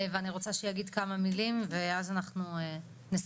ואני רוצה שיגיד כמה מילים ואז אנחנו נסכם.